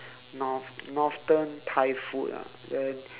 north northern thai food ah then